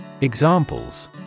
Examples